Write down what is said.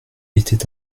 etait